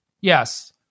Yes